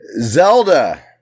Zelda